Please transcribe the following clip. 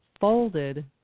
folded